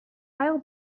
ail